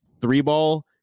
three-ball